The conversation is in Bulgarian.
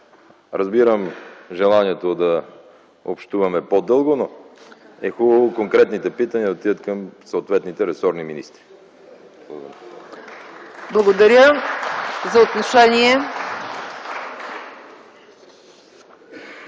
Разбирам желанието да общуваме по-дълго, но е хубаво конкретните питания да отидат към съответните ресорни министри. Благодаря.